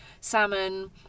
Salmon